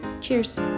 cheers